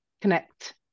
connect